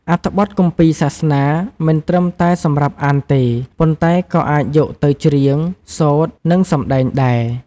អត្ថបទគម្ពីរសាសនា មិនត្រឹមតែសម្រាប់អានទេ ប៉ុន្តែក៏អាចយកទៅច្រៀង សូត្រ និងសម្ដែងដែរ។